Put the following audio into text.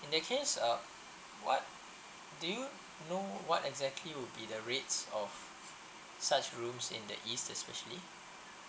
in that case uh what do you know what exactly would be the rates of such rooms in the east especially